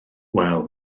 wel